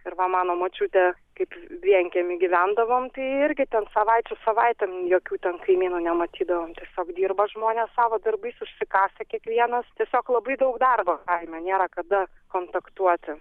ir va mano močiutė kaip vienkiemy gyvendavom tai irgi ten savaičių savaitėm jokių ten kaimynų nematydavom tiesiog dirba žmonės savo darbais užsikasę kiekvienas tiesiog labai daug darbo kaime nėra kada kontaktuoti